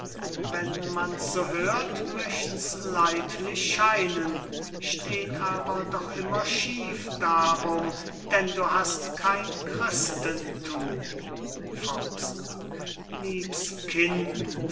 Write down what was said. wenn man's so hört möcht's leidlich scheinen steht aber doch immer schief darum denn du hast kein christenthum lieb's kind